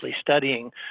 studying